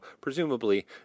presumably